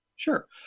Sure